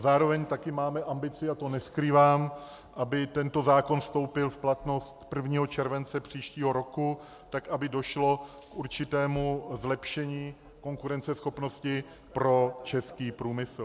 Zároveň taky máme ambici, a to neskrývám, aby tento zákon vstoupil v platnost 1. července příštího roku, tak aby došlo k určitému zlepšení konkurenceschopnosti pro český průmysl.